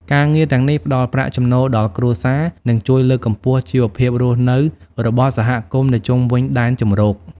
ការងារទាំងនេះផ្តល់ប្រាក់ចំណូលដល់គ្រួសារ និងជួយលើកកម្ពស់ជីវភាពរស់នៅរបស់សហគមន៍នៅជុំវិញដែនជម្រក។